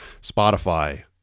Spotify